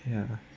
ya